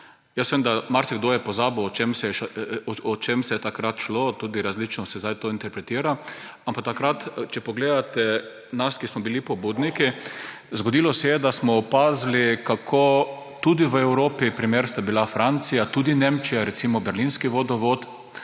Vem, da je marsikdo pozabil, o čem je takrat šlo, tudi različno se zdaj to interpretira. Ampak če pogledate nas, ki smo bili pobudniki, takrat se je zgodilo, da smo opazovali, tudi v Evropi – primer je bila Francija, tudi Nemčija, recimo berlinski vodovod,